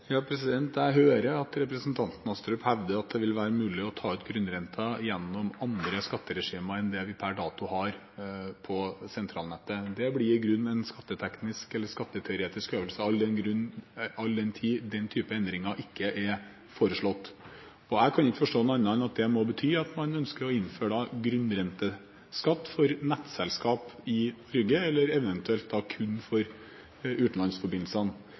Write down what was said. Jeg hører at representanten Astrup hevder at det vil være mulig å ta ut grunnrenten gjennom andre skatteregimer enn det vi per dato har for sentralnettet. Det blir i grunnen en skatteteknisk eller skatteteoretisk øvelse, all den tid den type endringer ikke er foreslått. Jeg kan ikke forstå noe annet enn at det må bety at man ønsker å innføre grunnrenteskatt for nettselskap i Rygge – eller eventuelt kun for utenlandsforbindelsene.